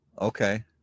okay